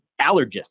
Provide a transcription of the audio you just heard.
allergists